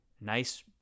nice